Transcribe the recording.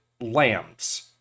lambs